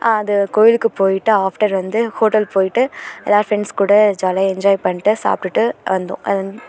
அது கோயிலுக்கு போயிட்டு ஆஃப்டர் வந்து ஹோட்டலுக்கு போயிட்டு எல்லோரும் ஃப்ரெண்ட்ஸ் கூட ஜாலியாக என்ஜாய் பண்ணிட்டு சாப்பிட்டுட்டு வந்தோம் அது